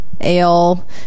ale